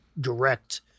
direct